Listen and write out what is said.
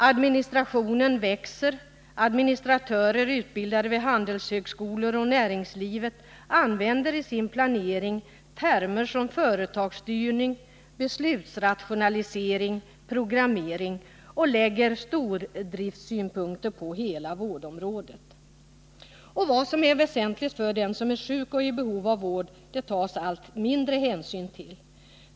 Administrationen växer och administratörer utbildade vid handelshögskolor och i näringslivet använder i sin planering termer som företagsstyrning, beslutsrationalisering och programmering och anlägger stordriftssynpunkter på hela vårdområdet. Vad som är väsentligt för den som är sjuk och i behov av vård tas det allt mindre hänsyn till.